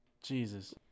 Jesus